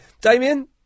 Damien